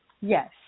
Yes